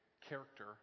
character